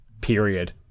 period